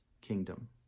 kingdom